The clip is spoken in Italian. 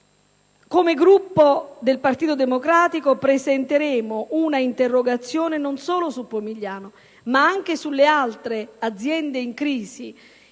Come Gruppo del Partito Democratico presenteremo un'interrogazione non solo su Pomigliano, ma anche sulle altre aziende in crisi